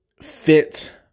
fit